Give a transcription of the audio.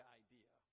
idea